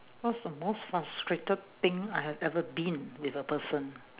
what's the most frustrated thing I have ever been with a person